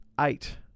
eight